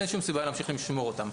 אין שום סיבה להמשיך לשמור אותם.